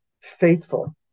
faithful